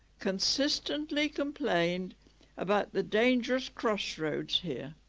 consistently complained about the dangerous crossroads here